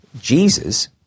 Jesus